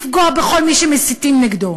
לפגוע בכל מי שמסיתים נגדו,